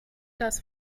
das